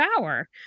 hour